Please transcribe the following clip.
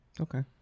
Okay